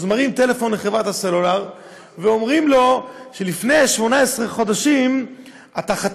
הוא מרים טלפון לחברת הסלולר ואומרים לו: לפני 18 חודשים חתמת,